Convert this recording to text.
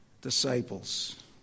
disciples